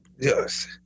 Yes